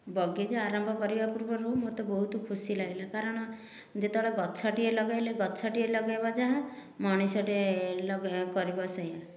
ବଗିଚା ଆରମ୍ଭ କରିବା ପୂର୍ବରୁ ମୋତେ ବହୁତ ଖୁସି ଲାଗିଲା କାରଣ ଯେତେବେଳେ ଗଛଟିଏ ଲଗାଇଲେ ଗଛଟିଏ ଲଗାଇବ ଯାହା ମଣିଷଟିଏ କରିବ ସେୟା